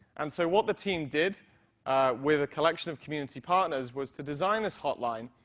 and so what the team did with the collection of community partners was to design this hotline,